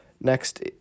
Next